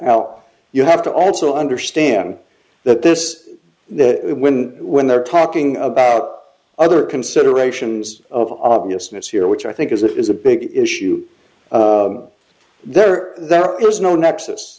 now you have to also understand that this that when when they're talking about other considerations of obviousness here which i think is that is a big issue there there is no nexus